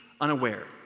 unaware